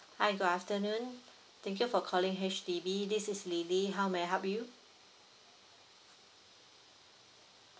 hi good afternoon thank you for calling H_D_B this is lily how may I help you